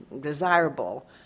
desirable